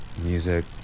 music